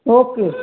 okay